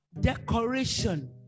decoration